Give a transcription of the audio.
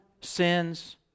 sins